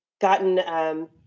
gotten